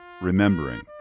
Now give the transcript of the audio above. remembering